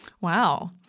Wow